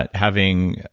but having